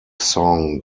song